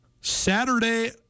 Saturday